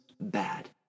bad